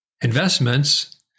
investments